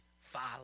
follow